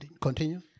Continue